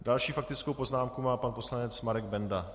Další faktickou poznámku má pan poslanec Marek Benda.